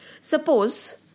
Suppose